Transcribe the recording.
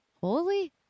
Holy